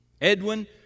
Edwin